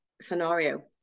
scenario